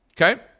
Okay